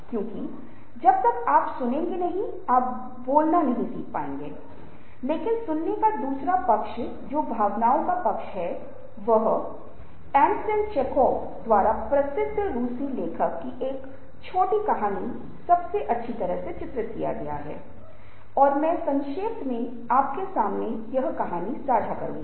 समय बदल गया है और आप देखते हैं कि हमें कई काम करने हैं हमें दूसरों के साथ प्रतिस्पर्धा करनी है और हमें दूसरों की भावनाओं और व्यवहारों को समझना है